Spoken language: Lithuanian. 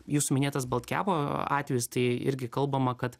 jūsų minėtas baltkepo atvejis tai irgi kalbama kad